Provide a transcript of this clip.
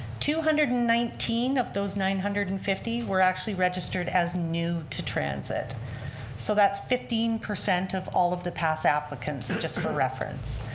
two hundred and nineteen of those nine hundred and fifty were actually registered as new to transit so that's fifteen percent of all of the past applicants just for reference.